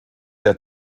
der